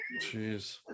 Jeez